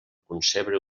concebre